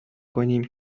کنیم